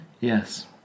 Yes